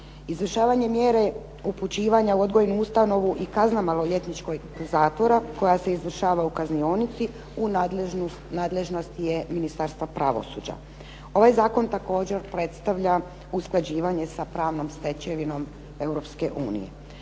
Izvršavanje mjere upućivanja u kaznenu ustanovu i kazna maloljetničkog zatvora koja se izvršava u kaznionici u nadležnosti je Ministarstva pravosuđa. Ovaj Zakon također predstavlja usklađivanje sa pravnom stečevinom